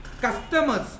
customers